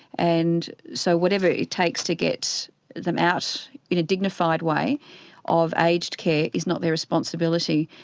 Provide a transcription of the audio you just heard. and so whatever it takes to get them out in a dignified way of aged care is not their responsibility.